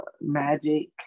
Magic